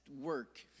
work